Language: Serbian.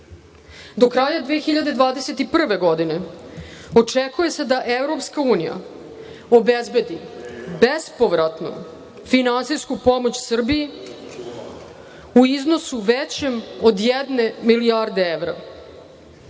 kraja 2021. godine očekuje se da EU obezbedi bespovratnu finansijsku pomoć Srbiji u iznosu većem od jedne milijarde evra.